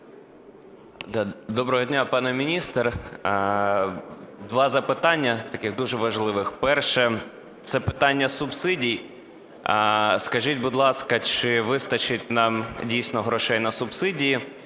Доброго дня, пане міністр. Два запитання таких дуже важливих. Перше – це питання субсидій. Скажіть, будь ласка, чи вистачить нам, дійсно, грошей на субсидії,